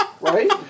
right